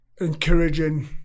encouraging